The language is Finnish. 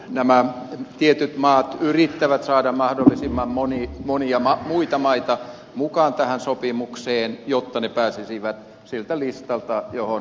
nämä tietyt maat yrittävät saada mahdollisimman monia muita maita mukaan tähän sopimukseen jotta ne pääsisivät siltä listalta johon ed